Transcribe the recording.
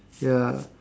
ya